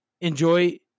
enjoy